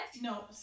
No